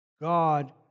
God